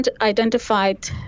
identified